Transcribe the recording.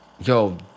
Yo